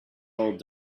old